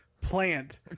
plant